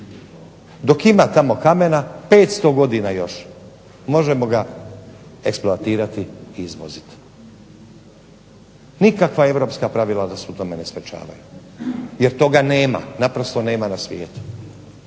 Dok ima tamo kamena 500 godina još možemo ga eksploatirati i izvoziti. Nikakva europska pravila nas u tome ne sprečavaju jer toga nema, naprosto nema na svijetu.